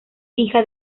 hija